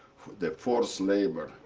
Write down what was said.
the forced labor.